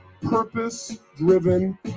purpose-driven